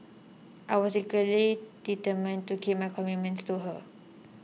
I was equally determined to keep my commitment to her